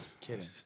Kidding